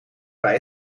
bij